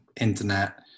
internet